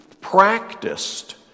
practiced